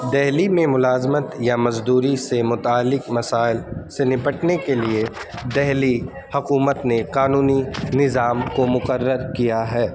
دہلی میں ملازمت یا مزدوری سے متعلق مسائل سے نپٹنے کے لیے دہلی حکومت نے قانونی نظام کو مقرر کیا ہے